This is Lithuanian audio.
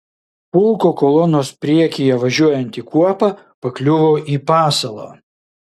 pulko kolonos priekyje važiuojanti kuopa pakliuvo į pasalą